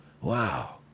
wow